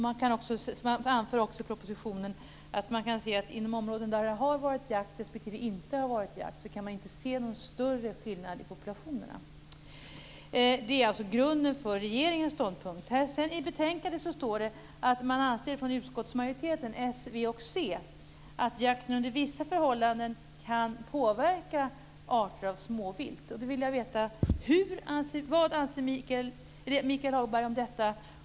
Man anför i propositionen också att man mellan områden där det har varit jakt respektive inte har varit jakt inte kan se någon större skillnad i populationerna. Detta är grunden för regeringens ståndpunkt. I betänkandet anför utskottsmajoriteten bestående av s, v och c att jakt under vissa förhållanden kan påverka arter av småvilt. Jag vill veta vad Michael Hagberg anser om detta.